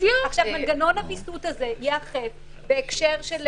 מנגנון הוויסות הזה ייאכף בהקשר של